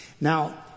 Now